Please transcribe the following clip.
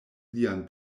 lian